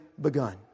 begun